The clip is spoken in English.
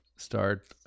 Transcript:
Start